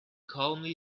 calmly